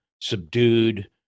subdued